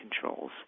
controls